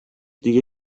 دیگه